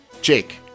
Jake